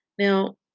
Now